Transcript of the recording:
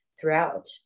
throughout